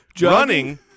running